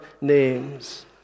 names